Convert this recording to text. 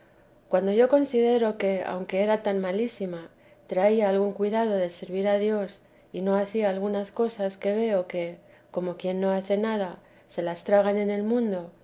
cuando yo considero que aunque era tan malísima traía algún cuidado de servir a dios y no hacía algunas cosas que veo que como quien no hace nada se las tragan en el mundo